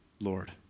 Lord